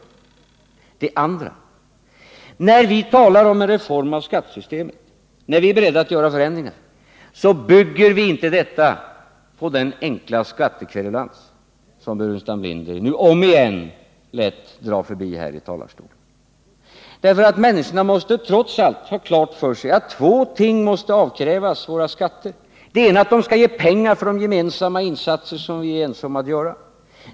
För det andra: När vi talar om en reformering av skattesystemet, när vi är beredda att göra förändringar, bygger vi inte detta på den enkla skattekverulans som Staffan Burenstam Linder nu om igen lät dra förbi här i talarstolen. Människorna måste trots allt ha klart för sig att två ting måste avkrävas våra skatter. Det ena är att de skall ge pengar för de gemensamma insatser som vi är ense om att göra.